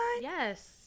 Yes